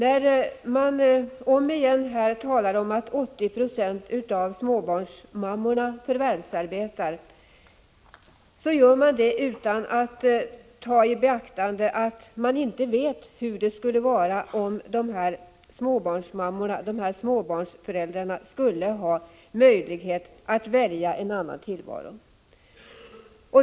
Statsrådet talar igen om att 80 Zo av småbarnsmammorna förvärvsarbetar, utan att beakta att man inte vet hur det skulle vara om småbarnsföräldrarna hade möjlighet att välja en annan tillvaro.